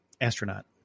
astronaut